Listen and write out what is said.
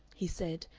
he said,